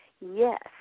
Yes